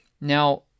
Now